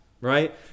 right